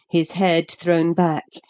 his head thrown back,